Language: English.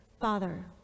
father